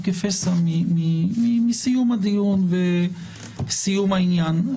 אנחנו כפסע מסיום הדיון וסיום העניין.